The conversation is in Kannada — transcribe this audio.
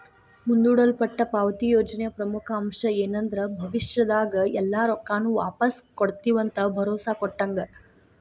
ಮುಂದೂಡಲ್ಪಟ್ಟ ಪಾವತಿ ಯೋಜನೆಯ ಪ್ರಮುಖ ಅಂಶ ಏನಂದ್ರ ಭವಿಷ್ಯದಾಗ ಎಲ್ಲಾ ರೊಕ್ಕಾನು ವಾಪಾಸ್ ಕೊಡ್ತಿವಂತ ಭರೋಸಾ ಕೊಟ್ಟಂಗ